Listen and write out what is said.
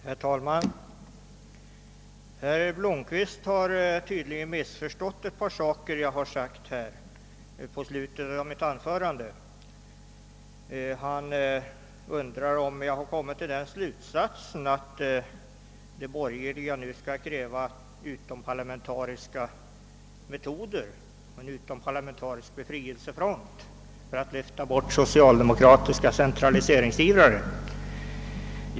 Herr talman! Herr Blomkvist har tydligen missförstått ett par saker som jag sade i slutet av mitt anförande. Han undrar om jag har kommit till den slutsatsen att de borgerliga nu skall kräva utomparlamentariska metoder, en utomparlamentarisk befrielsefront för att lyfta bort socialdemokratiska centraliseringsivrare.